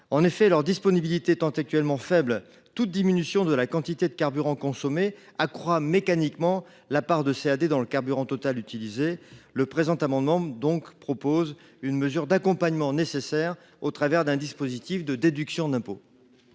En effet, leur disponibilité étant actuellement faible, toute diminution de la quantité de carburant consommée accroît mécaniquement la part de CAD dans le carburant total utilisé. Par cet amendement, nous proposons une mesure d’accompagnement nécessaire en créant un dispositif de déduction d’impôt.